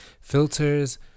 Filters